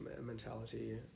mentality